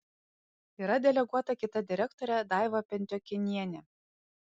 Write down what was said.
yra deleguota kita direktorė daiva pentiokinienė